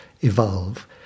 evolve